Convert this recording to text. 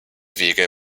wege